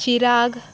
चिराघ